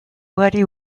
ugari